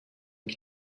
and